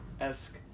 esque